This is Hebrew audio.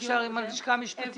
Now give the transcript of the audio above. אפשר לעשות את זה עם הלשכה המשפטית.